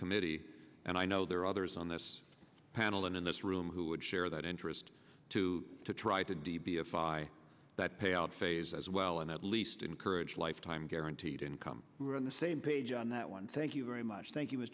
committee and i know there are others on this panel and in this room who would share that interest to try to d b f i that payout phase as well and at least encourage lifetime guaranteed income on the same page on that one thank you very much thank